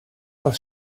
was